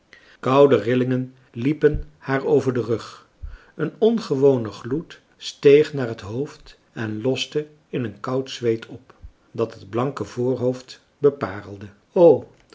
koude rillingen liepen haar over den rug een ongewone gloed steeg naar het hoofd en loste in een koud zweet op dat het blanke voorhoofd beparelde